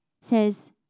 says